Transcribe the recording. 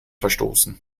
verstoßen